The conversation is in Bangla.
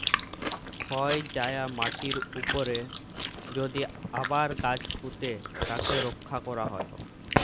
ক্ষয় যায়া মাটির উপরে যদি আবার গাছ পুঁতে তাকে রক্ষা ক্যরা হ্যয়